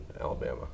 Alabama